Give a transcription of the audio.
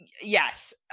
yes